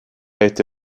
été